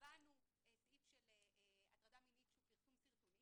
קבענו סעיף של הטרדה מינית שהוא פרסום סרטונים